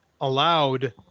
allowed